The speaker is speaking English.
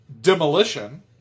Demolition